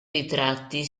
ritratti